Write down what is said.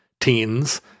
teens